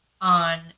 on